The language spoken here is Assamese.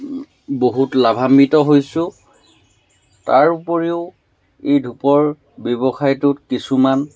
বহুত লাভাম্বিত হৈছোঁ তাৰ উপৰিও এই ধূপৰ ব্যৱসায়টোত কিছুমান